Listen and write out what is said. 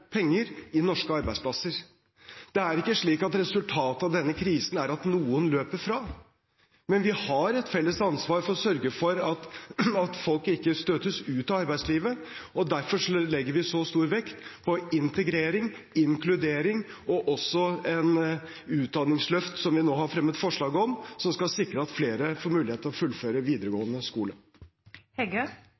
penger i norske arbeidsplasser. Det er ikke slik at resultatet av denne krisen er at noen løper fra, men vi har et felles ansvar for å sørge for at folk ikke støtes ut av arbeidslivet. Derfor legger vi så stor vekt på integrering, inkludering og også et utdanningsløft som vi nå har fremmet forslag om, som skal sikre at flere får mulighet til å fullføre videregående